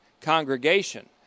congregation